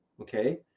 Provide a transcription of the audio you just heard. Okay